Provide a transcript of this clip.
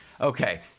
Okay